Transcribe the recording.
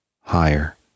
higher